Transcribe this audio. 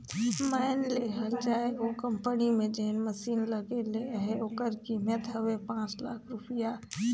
माएन लेहल जाए ओ कंपनी में जेन मसीन लगे ले अहे ओकर कीमेत हवे पाच लाख रूपिया